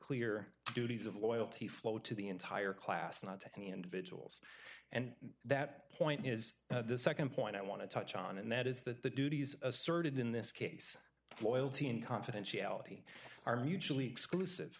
clear duties of loyalty flowed to the entire class not to any individuals and that point is the nd point i want to touch on and that is that the duties asserted in this case loyalty and confidentiality are mutually exclusive